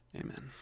Amen